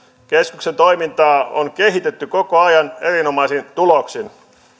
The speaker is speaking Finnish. keskuksen toimintaa on kehitetty koko ajan erinomaisin tuloksin